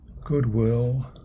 goodwill